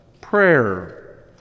prayer